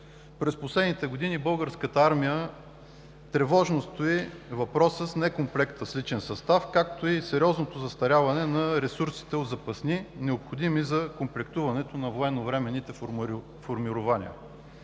През последните години в българската армия тревожно стои въпросът с недокомплекта с личен състав, както и със сериозното застаряване на ресурсите от запасни, необходими за окомплектоването на военновременните формирования.